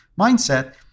mindset